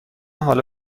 حالا